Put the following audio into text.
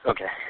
Okay